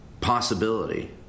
possibility